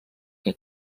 que